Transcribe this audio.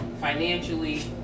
financially